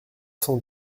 cent